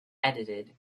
edited